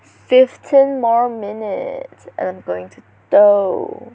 fifteen more minutes and I'm going to toh